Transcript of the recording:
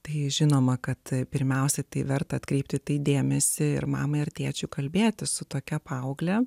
tai žinoma kad pirmiausia tai verta atkreipti dėmesį ir mamai ar tėčiu kalbėtis su tokia paaugle